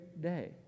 day